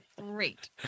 Great